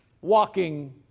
walking